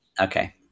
Okay